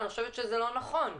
אני חושבת שזה לא נכון,